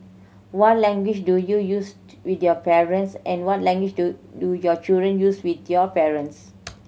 what language do you use to with your parents and what language do do your children use with your parents